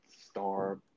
Star